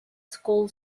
school